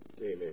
Amen